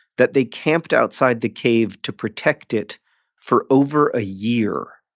that they camped outside the cave to protect it for over a year.